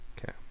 Okay